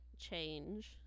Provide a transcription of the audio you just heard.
change